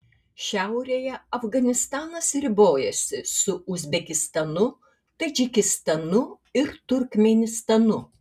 šiaurėje afganistanas ribojasi su uzbekistanu tadžikistanu ir turkmėnistanu